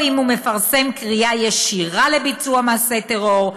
או אם הוא מפרסם קריאה ישירה לביצוע מעשי טרור,